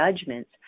judgments